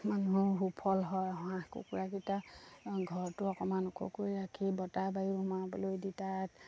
মানুহ সুফল হয় হাঁহ কুকুৰাকেইটা ঘৰটো অকণমান ওখ কৰি ৰাখি বতাহ বায়ু সোমাবলৈ দি তাত